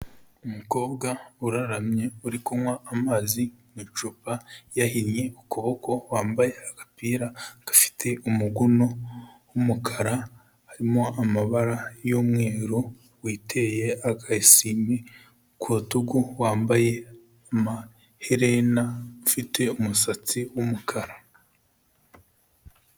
Umukobwa uraramye uri kunywa amazi mu icupa yahinnye ukuboko wambaye agapira gafite umuguno w'umukara harimo amabara y'umweru witeye aka esume ku rutugu wambaye amaherena ufite umusatsi w'umukara.